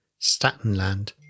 Statenland